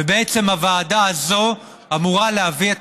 ובעצם הוועדה הזאת אמורה להביא את